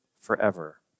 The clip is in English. forever